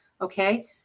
okay